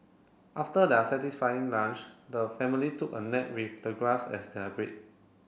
after their satisfying lunch the family took a nap with the grass as their bed